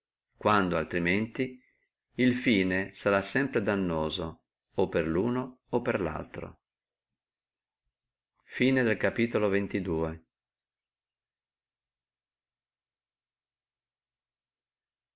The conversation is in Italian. quando altrimenti il fine sempre fia dannoso o per luno o per laltro cap